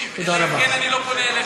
אמרתי: אלא אם כן אני לא פונה אליך.